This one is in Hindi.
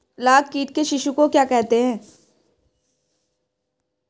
लाख कीट के शिशु को क्या कहते हैं?